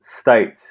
states